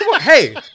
Hey